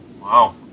Wow